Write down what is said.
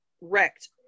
wrecked